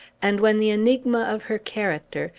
and when the enigma of her character,